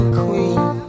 queen